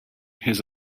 his